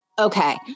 Okay